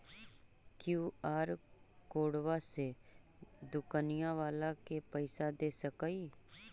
QR कोडबा से दुकनिया बाला के पैसा दे सक्रिय?